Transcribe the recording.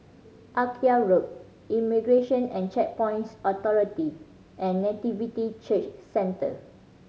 Akyab Road Immigration and Checkpoints Authority and Nativity Church Centre